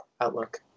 outlook